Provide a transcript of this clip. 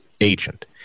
agent